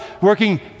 working